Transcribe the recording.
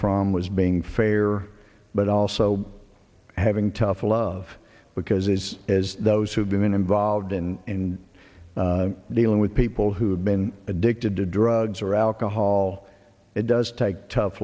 from was being fair but also having tough love because as those who have been involved in dealing with people who have been addicted to drugs or alcohol it does take tough